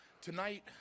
tonight